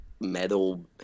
metal